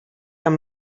amb